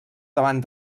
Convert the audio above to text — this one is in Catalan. davant